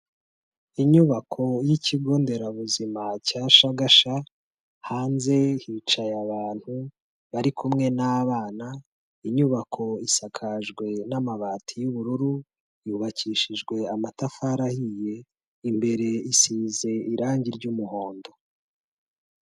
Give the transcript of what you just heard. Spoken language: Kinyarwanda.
Inyubako y'ikigo nderabuzima cya shagasha hanze hicaye abantu bari kumwe n'abana, inyubako isakajwe n'amabati y'ubururu, yubakishijwe amatafari ahiye, imbere isize irangi ry'umuhondo.